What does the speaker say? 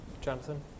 Jonathan